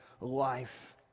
life